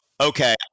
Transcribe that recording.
Okay